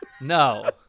No